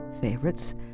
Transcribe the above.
favorites